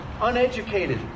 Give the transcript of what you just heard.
uneducated